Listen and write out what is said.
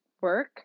work